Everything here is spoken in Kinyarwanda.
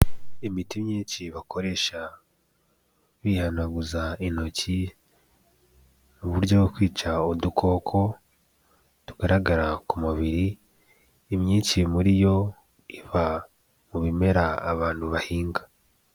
Imiti myinshi bakoresha bihanaguza intoki, uburyo bwo kwica udukoko, tugaragara ku mubiri, imyinshi muri yo iva mu bimera abantu bahinga.